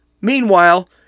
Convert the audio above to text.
Meanwhile